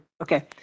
okay